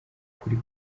ukuri